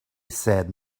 said